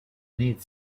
need